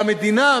והמדינה,